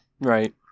Right